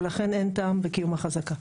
ולכן אין טעם בקיום החזקה.